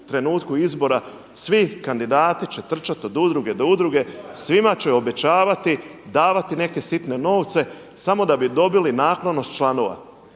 trenutku izbora svi kandidati će trčati od udruge do udruge, svima će obećavati, davati neke sitne novce, samo da bi dobili naklonost članova.